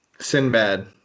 Sinbad